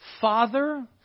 Father